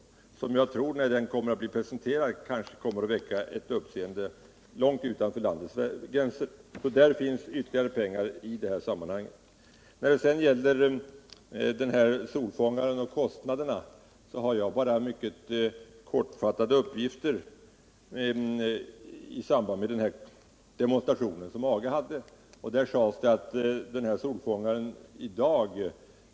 När den blir presenterad tror jag att den kommer att väcka uppseende långt utanför landets gränser. I detta sammaunhang finns ytterligare pengar till förfogande. När det sedan gäller solfångaren och kostnaderna för denna har jag bara mycket knapphändiga uppgifter från den demonstration som AGA gjorde. Solfångaren skulle i dag.